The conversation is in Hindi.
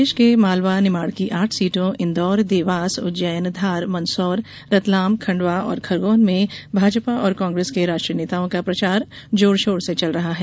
प्रदेश के मालवा निमाड़ की आठ सीटों इंदौर देवास उज्जैन धार मंदसौर रतलाम खंडवा और खरगौन में भाजपा और कांग्रेस के राष्ट्रीय नेताओं का प्रचार जोर षोर से चल रहा है